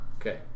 Okay